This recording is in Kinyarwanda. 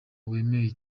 wemewe